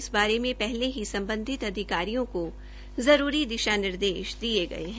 इस बारे मे पहले ही सम्बधित अधिकारियों को जरूरी दिशा निर्देश दिये गये है